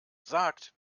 sagt